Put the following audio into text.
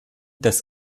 des